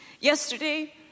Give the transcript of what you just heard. Yesterday